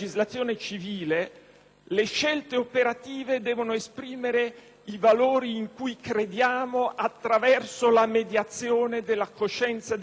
le scelte operative devono esprimere i valori in cui crediamo attraverso la mediazione della coscienza di ciascuno di noi.